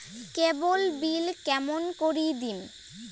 কেবল bill কেমন করি দিম?